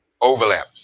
overlap